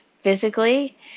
Physically